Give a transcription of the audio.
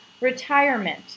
retirement